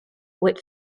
with